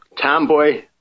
tomboy